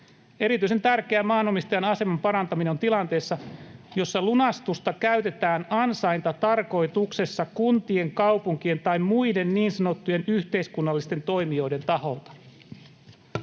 Erityisen tärkeää maanomistajan aseman parantaminen on tilanteessa, jossa lunastusta käytetään ansaintatarkoituksessa kuntien, kaupunkien tai muiden niin sanottujen yhteiskunnallisten toimijoiden taholta.